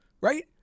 Right